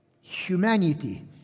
humanity